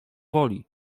woli